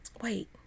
Wait